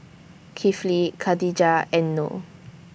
Kifli Khadija and Noh